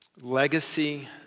legacy